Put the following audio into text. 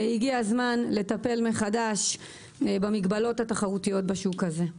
הגיע הזמן לטפל מחדש במגבלות התחרותיות בשוק הזה.